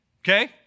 okay